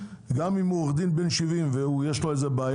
גם אם הוא עורך דין בן שבעים ויש לו בעיה,